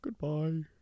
Goodbye